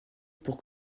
pour